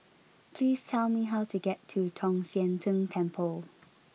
please tell me how to get to Tong Sian Tng Temple